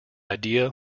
idea